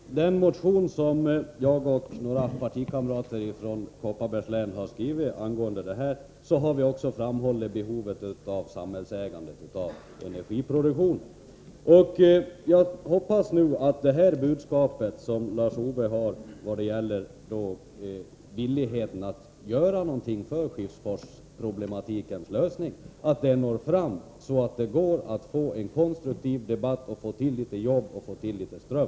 Herr talman! I den motion som jag och några partikamrater från Kopparbergs län har skrivit har vi också framhållit behovet av samhällsägande av energiproduktionen. Jag hoppas nu att det budskap som Lars-Ove Hagberg har vad gäller villigheten att göra någonting för Skiffsforsproblematikens lösning når fram, så att det går att få en konstruktiv debatt och få till litet jobb och få till litet ström.